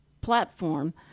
platform